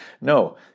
No